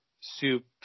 soup